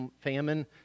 famine